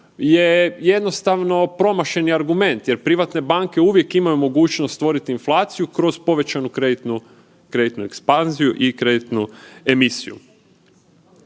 je jednostavno promašeni argument jer privatne banke uvijek imaju mogućnost stvoriti inflaciju kroz povećanju kreditu, kreditnu ekspanziju i kreditnu emisiju.